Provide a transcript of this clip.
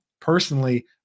Personally